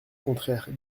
contraire